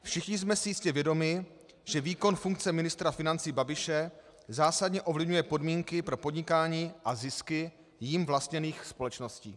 Všichni jsme si jistě vědomi, že výkon funkce ministra financí Babiše zásadně ovlivňuje podmínky pro podnikání a zisky jím vlastněných společností.